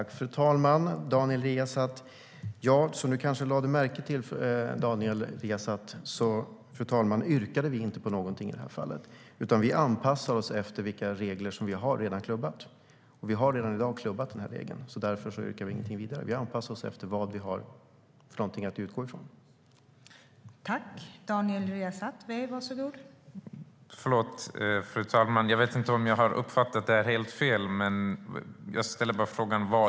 Fru talman! Som du kanske lade märke till, Daniel Riazat, yrkade vi inte på någonting i det här fallet. Vi anpassar oss i stället efter vilka regler vi redan har klubbat, och vi har i dag klubbat den här regeln. Därför yrkar vi ingenting vidare, utan vi anpassar oss efter det vi har att utgå ifrån.